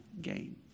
gain